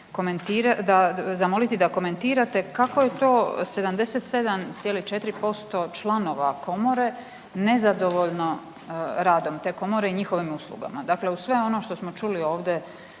vas zamoliti da komentirate kako je to 77,4% članova komore nezadovoljno radom te komore i njihovim uslugama. Dakle, uz sve ono što smo čuli ovdje